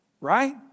right